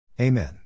Amen